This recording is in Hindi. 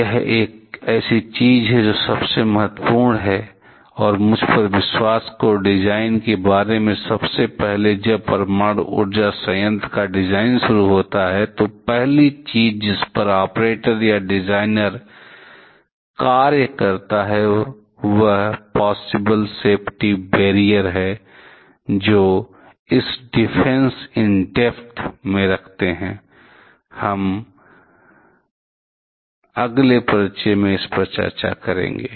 यह एक ऐसी चीज है जो सबसे महत्वपूर्ण हैऔर मुझ पर विश्वास करो डिजाइन के बारे में सबसे पहले जब परमाणु ऊर्जा संयंत्र का डिज़ाइन सुरु होता है तो पहली चीज जिस पर ऑपरेटर या डिजाइनर कार्य करता है वह पॉसिबल सेफ्टी बैरियर है वे जो इस डिफेन्स इन डेप्थ में रखते है हम अगले परिचय में इस पर चर्चा करेंगे